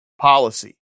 policy